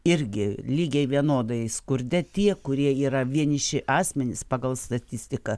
irgi lygiai vienodai skurde tie kurie yra vieniši asmenys pagal statistiką